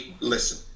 Listen